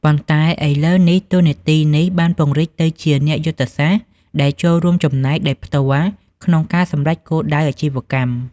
ប៉ុន្តែឥឡូវនេះ តួនាទីនេះបានពង្រីកទៅជាអ្នកយុទ្ធសាស្ត្រ ដែលចូលរួមចំណែកដោយផ្ទាល់ក្នុងការសម្រេចគោលដៅអាជីវកម្ម។